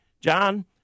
John